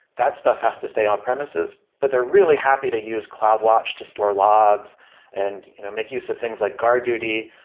that stuff has to stay on-premises, but they're really happy to use cloudwatch to store logs and you know make use of things like guardduty,